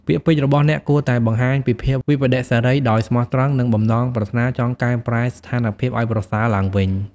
ពាក្យពេចន៍របស់អ្នកគួរតែបង្ហាញពីភាពវិប្បដិសារីដោយស្មោះត្រង់ និងបំណងប្រាថ្នាចង់កែប្រែស្ថានភាពឱ្យប្រសើរឡើងវិញ។